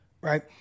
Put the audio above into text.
right